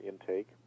intake